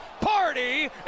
party